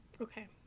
Okay